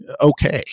okay